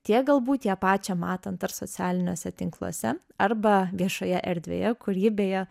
tiek galbūt ją pačią matant ar socialiniuose tinkluose arba viešoje erdvėje kur ji beje